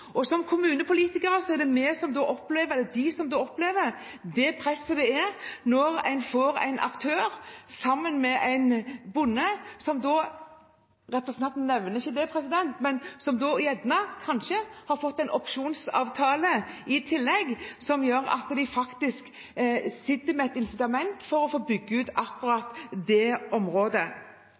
og som nasjonale politikere. Kommunepolitikerne opplever det presset det er når en får en aktør sammen med en bonde som – representanten nevner ikke det – gjerne har fått en opsjonsavtale i tillegg, som gjør at de sitter med et incitament for å få bygge ut akkurat det området.